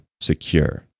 secure